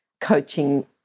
coaching